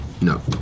No